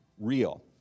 real